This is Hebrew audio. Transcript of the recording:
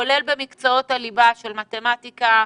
כולל במקצועות הליבה של מתמטיקה,